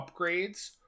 upgrades